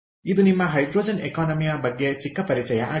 ಇದು ನಿಮ್ಮ ಹೈಡ್ರೋಜನ್ ಎಕಾನಮಿಯ ಬಗ್ಗೆ ಚಿಕ್ಕ ಪರಿಚಯ ಆಗಿದೆ